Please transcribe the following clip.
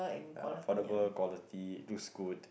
ya affordable quality looks good